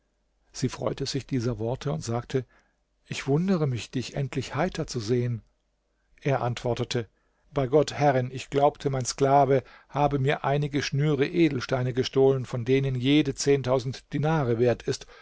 sie freute sich dieser worte und sagte ich wundere mich dich endlich heiter zu sehen er antwortete bei gott herrin ich glaubte mein sklave habe mir einige schnüre edelsteine gestohlen von denen jede zehntausend dinare wert ist